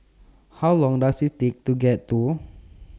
How Long Does IT Take to get to